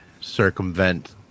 circumvent